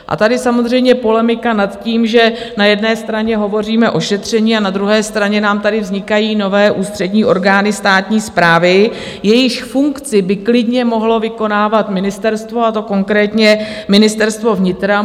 A tady samozřejmě polemika nad tím, že na jedné straně hovoříme o šetření, a na druhé straně nám tady vznikají nové ústřední orgány státní správy, jejichž funkci by klidně mohlo vykonávat ministerstvo, a to konkrétně Ministerstvo vnitra.